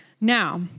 Now